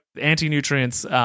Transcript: anti-nutrients